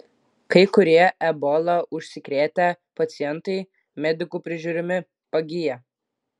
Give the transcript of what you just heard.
kai kurie ebola užsikrėtę pacientai medikų prižiūrimi pagyja